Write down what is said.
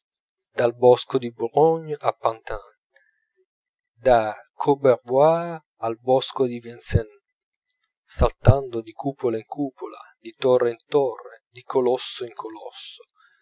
dal bosco di boulogne a pantin da courbevoie al bosco di vincennes saltando di cupola in cupola di torre in torre di colosso in colosso